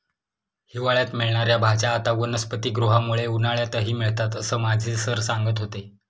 हिवाळ्यात मिळणार्या भाज्या आता वनस्पतिगृहामुळे उन्हाळ्यातही मिळतात असं माझे सर सांगत होते